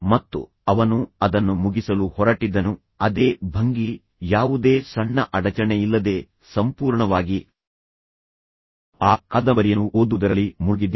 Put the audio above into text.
ಮತ್ತು ಅವನು ಅದನ್ನು ಮುಗಿಸಲು ಹೊರಟಿದ್ದನು ಅದೇ ಭಂಗಿ ಯಾವುದೇ ಸಣ್ಣ ಅಡಚಣೆಯಿಲ್ಲದೆ ಸಂಪೂರ್ಣವಾಗಿ ಆ ಕಾದಂಬರಿಯನ್ನು ಓದುವುದರಲ್ಲಿ ಮುಳುಗಿದ್ದೇನೆ